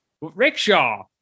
Rickshaw